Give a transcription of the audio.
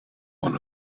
one